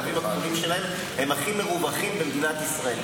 הקווים הכחולים שלהם הם הכי מרווחים במדינת ישראל.